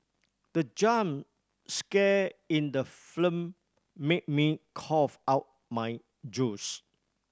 the jump scare in the film made me cough out my juice